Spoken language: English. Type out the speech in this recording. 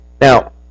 Now